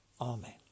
Amen